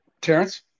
Terrence